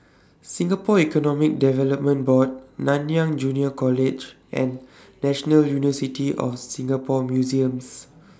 Singapore Economic Development Board Nanyang Junior College and National University of Singapore Museums